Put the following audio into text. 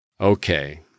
Okay